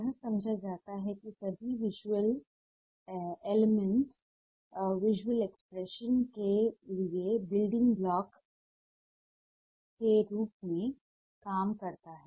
यह समझा जाता है कि सभी विज़ुअल एलिमेंट्स विज़ुअल एक्सप्रेशंस के लिए बिल्डिंग ब्लॉक्स के रूप में काम करते हैं